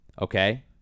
Okay